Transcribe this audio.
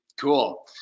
Cool